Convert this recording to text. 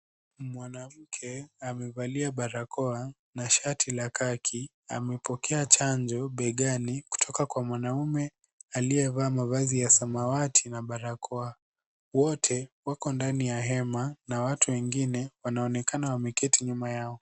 Mwanamke amevalia barakoa na shati la khaki. Amepokea chanjo begani kutoka kwa mwanaume aliyevaa mavazi ya samawati na barakoa. Wote wako ndani ya hema na watu wengine wanaonekana wameketi nyuma yao.